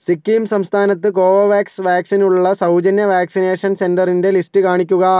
സിക്കിം സംസ്ഥാനത്ത് കോവോവാക്സ് വാക്സിനുള്ള സൗജന്യ വാക്സിനേഷൻ സെൻറ്ററിൻ്റെ ലിസ്റ്റ് കാണിക്കുക